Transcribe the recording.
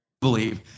believe